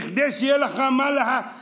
כדי שיהיה לך מה להשניא.